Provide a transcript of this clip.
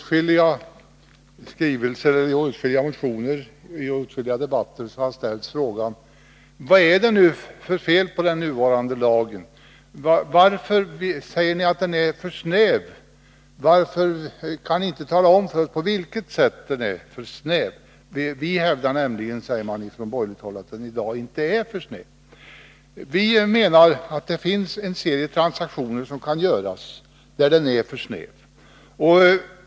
Herr talman! I åtskilliga motioner och i åtskilliga debatter har ställts frågorna: Vad är det för fel på den nuvarande lagen? Varför säger ni att den är för snäv? Varför kan ni inte tala om på vilket sätt den är för snäv? Vi hävdar nämligen, säger man från borgerligt håll, att den inte är för snäv i dag. Vi menar att det finns en serie transaktioner som kan göras där lagen är för snäv.